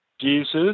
Jesus